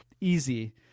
easy